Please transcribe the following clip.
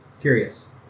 Curious